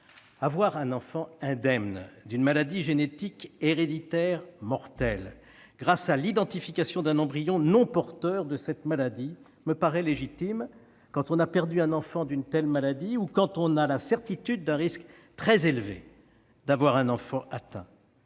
Avoir un enfant indemne d'une maladie génétique héréditaire mortelle grâce à l'identification d'un embryon non porteur de cette maladie me paraît légitime quand on a perdu un enfant d'une telle maladie ou quand on a la certitude d'un risque très élevé d'avoir un enfant atteint.